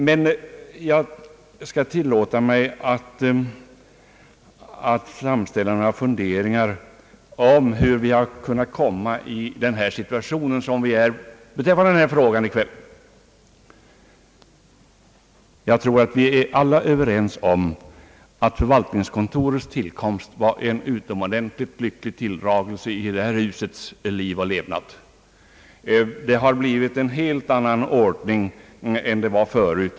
Men jag skall tillåta mig att göra några funderingar om hur vi har kunnat komma i den situation, i vilken vi befinner oss beträffande denna fråga i kväll. Jag tror att vi alla är överens om att förvaltningskontorets tillkomst var en utomordentligt lycklig tilldragelse i riksdagshusets liv. Det har blivit en helt annan ordning än det var förut.